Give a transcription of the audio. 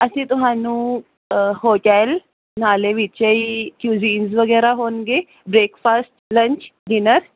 ਅਸੀਂ ਤੁਹਾਨੂੰ ਹੋਟਲ ਨਾਲੇ ਵਿੱਚ ਹੀ ਫਿਜੀ ਵਗੈਰਾ ਹੋਣਗੇ ਬ੍ਰੇਕਫਾਸਟ ਲੰਚ ਡਿਨਰ